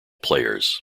players